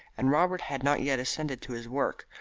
and robert had not yet ascended to his work,